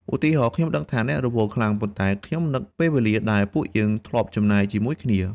ឧទាហរណ៍ខ្ញុំដឹងថាអ្នករវល់ខ្លាំង ប៉ុន្តែខ្ញុំនឹកពេលវេលាដែលពួកយើងធ្លាប់ចំណាយជាមួយគ្នា។